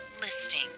Listing